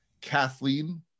kathleen